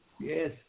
Yes